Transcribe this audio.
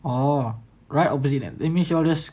orh right opposite ah that means y'all just